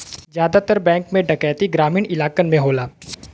जादातर बैंक में डैकैती ग्रामीन इलाकन में होला